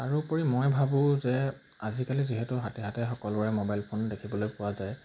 তাৰোপৰি মই ভাবোঁ যে আজিকালি যিহেতু হাতে হাতে সকলোৰে মোবাইল ফোন দেখিবলৈ পোৱা যায়